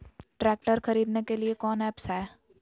Tractor खरीदने के लिए कौन ऐप्स हाय?